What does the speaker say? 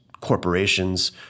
corporations